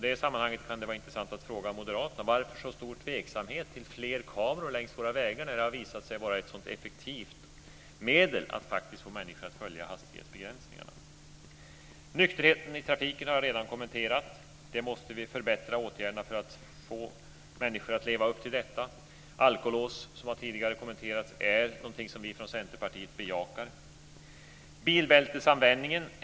I det sammanhanget vill jag fråga Moderaterna: Varför så stor tveksamhet till fler kameror längs våra vägar när det har visat sig vara ett så effektivt medel att få människor att följa hastighetsbegränsningarna? För det andra: Nykterheten i trafiken. Den har jag redan kommenterat. Vi måste förbättra åtgärderna för att få människor att leva upp till det. Alkolås, som tidigare har kommenterats, är något som vi från Centerpartiet bejakar. För det tredje: Bilbältesanvändningen.